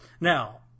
Now